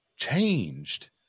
Changed